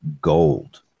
gold